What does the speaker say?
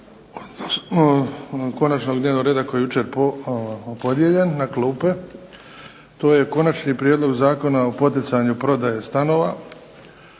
konačnog dnevnog reda koji je jučer podijeljen na klupe. 5. Prijedlog zakona o poticanju prodaje stanova,